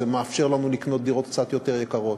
וזה מאפשר לנו לקנות דירות קצת יותר יקרות.